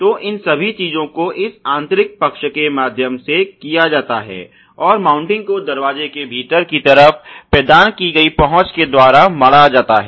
तो इन सभी चीजों को इस आंतरिक पक्ष के माध्यम से किया जाता है और माउंटिंग को दरवाजे के भीतर की तरफ प्रदान की गई पहुंच के द्वारा मढ़ा जाता है